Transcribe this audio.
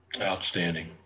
Outstanding